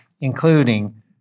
including